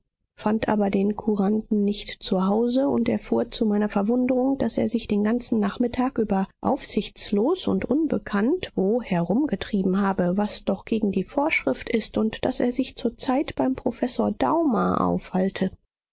fand aber den kuranden nicht zu hause und erfuhr zu meiner verwunderung daß er sich den ganzen nachmittag über aufsichtslos und unbekannt wo herumgetrieben habe was doch gegen die vorschrift ist und daß er sich zurzeit beim professor daumer aufhalte